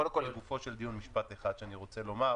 קודם כול לגופו של דיון משפט אחד שאני רוצה לומר,